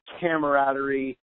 camaraderie